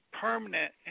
permanent